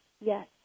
yes